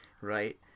right